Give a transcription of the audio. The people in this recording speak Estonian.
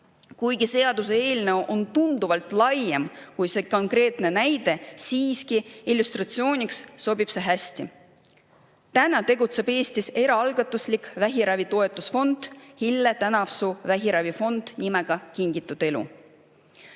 Kuigi seaduseelnõu on tunduvalt laiem kui see konkreetne näide, sobib see siiski illustratsiooniks hästi. Täna tegutseb Eestis eraalgatuslik vähiravi toetusfond, Hille Tänavsuu nimeline vähiravifond nimega Kingitud Elu.